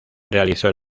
realizó